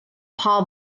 paar